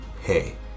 hey